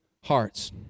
hearts